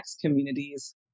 communities